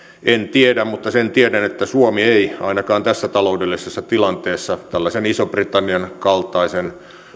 en tiedä mutta sen tiedän että suomi ei ainakaan tässä taloudellisessa tilanteessa tällaisen ison britannian kaltaisen